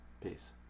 Peace